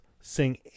sing